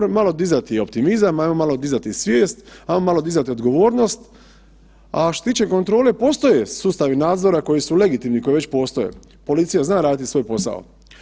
Hajmo malo dizati optimizam, hajmo malo dizati svijest, hajmo malo dizati odgovornost, a što se tiče kontrole, postoji sustavi nadzora koji su legitimni, koji već postoje, policija zna raditi svoj posao.